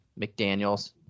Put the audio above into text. McDaniels